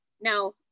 no